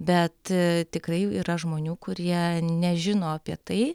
bet tikrai yra žmonių kurie nežino apie tai